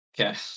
Okay